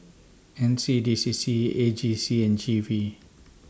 N C D C C A G C and G V